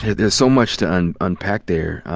there's so much to and unpack there.